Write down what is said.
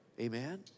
Amen